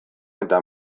eta